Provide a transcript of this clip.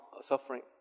suffering